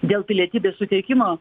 dėl pilietybės suteikimo